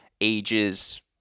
ages –